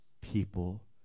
people